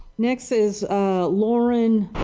next is lower and